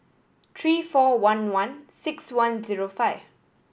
three four one one six one zero five